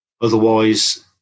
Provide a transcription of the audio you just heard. Otherwise